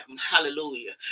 hallelujah